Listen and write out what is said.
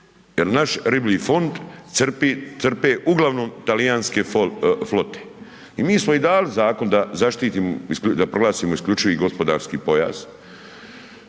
jer naš riblji fond crpi uglavnom talijanske flote i mi smo im dali zakon da zaštitimo, da proglasimo isključivi gospodarski pojas